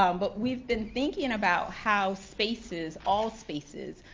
um but we've been thinking about how spaces, all spaces,